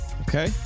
Okay